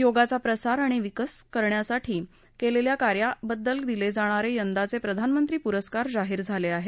योगाचा प्रसार आणि विकास करण्यासाठी केलेल्या कार्याबद्दल दिले जाणारे यंदाचे प्रधानमंत्री पुरस्कार जाहीर झाले आहेत